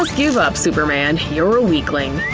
um give up superman, you're a weakling.